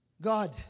God